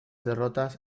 derrotas